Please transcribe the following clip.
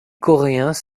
coréens